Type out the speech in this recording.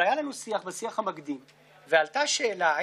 לכן,